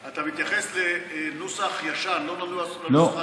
אתה מתייחס לנוסח ישן, לא לנוסח העדכני, האמן לי.